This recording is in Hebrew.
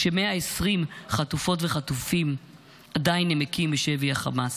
כש-120 חטופות וחטופים עדיין נמקים בשבי החמאס?